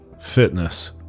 fitness